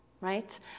right